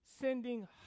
sending